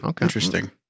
interesting